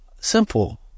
simple